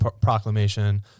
Proclamation